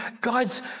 God's